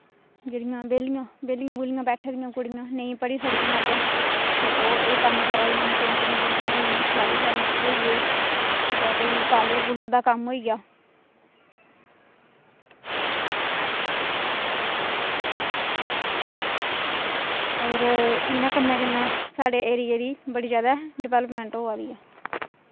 जेह्ड़ियां बेह्लियां बेह्लियां बुह्लियां बैठी दियां कुड़ियां नेईं पढ़ी सकदियां अग्गें ते ओह् एह् कम्म करा दियां न पेंटिंग पूंटिंग होई सलाई सेंटर होइये जां कोई पार्लर पूलर दा कम्म होइया होर इ'नें कम्में कन्नै साढ़े एरिये दी बड़ी जादै डेवलपमेंट होआ दी ऐ